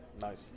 Nice